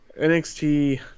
NXT